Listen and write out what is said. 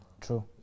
true